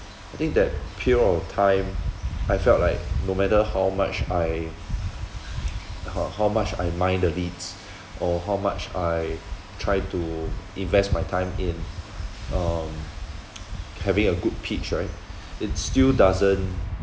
I think that period of time I felt like no matter how much I ho~ how much I mine the leads or how much I try to invest my time in um having a good pitch right it still doesn't